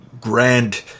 grand